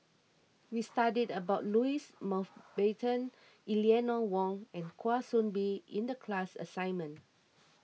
we studied about Louis Mountbatten Eleanor Wong and Kwa Soon Bee in the class assignment